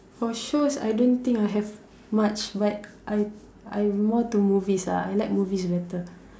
for shows I don't think I have much but I I'm more to movies lah I like movies better